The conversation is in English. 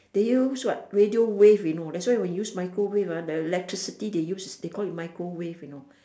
they use what radio wave you know that's why when you use microwave ah the electricity they use they call it microwave you know